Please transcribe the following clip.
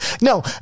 No